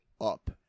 up